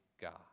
God